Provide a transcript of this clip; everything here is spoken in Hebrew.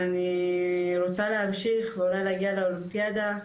אני רוצה להמשיך ואולי להגיע לאולימפיאדה.